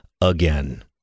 again